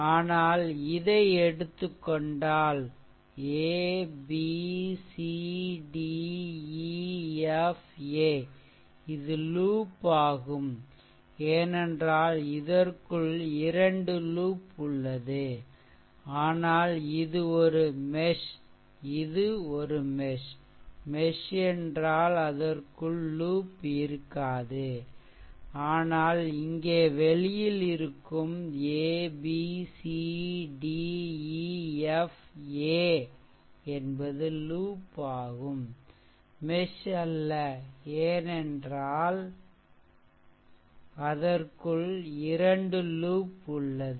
ஆனால் இதை எடுத்துக்கொண்டால் a b c d e f a இது லூப் ஆகும் ஏனென்றால் இதற்குள் இரண்டு லூப் உள்ளது அனால் இது ஒரு மெஷ் இது மற்றொரு மெஷ் மெஷ் என்றால் அதற்குள் லூப் இருக்காது ஆனால் இங்கே வெளியில் இருக்கும் இந்த a b c d e f a என்பது லூப் ஆகும்மெஷ் அல்ல ஏனென்றால் அதற்குள் இரண்டு லூப் உள்ளது